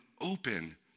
open